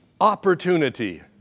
opportunity